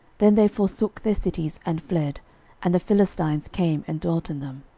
then they forsook their cities, and fled and the philistines came and dwelt in them.